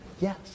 Yes